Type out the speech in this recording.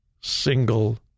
single